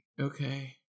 Okay